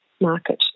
market